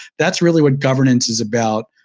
that's really what governance is about.